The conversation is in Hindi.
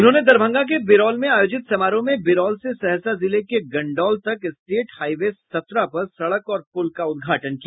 उन्होंने दरभंगा के बिरौल में आयोजित समारोह में बिरौल से सहरसा जिले के गंडौल तक स्टेट हाईवे सत्रह पर सड़क और पूल का उदघाटन किया